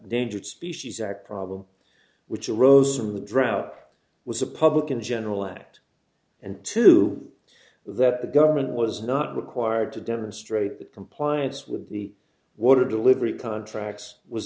dangerous species act problem which arose from the drought was a public in general act and two that the government was not required to demonstrate that compliance with the water delivery contracts was